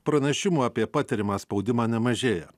pranešimų apie patiriamą spaudimą nemažėja